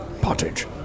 Pottage